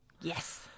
Yes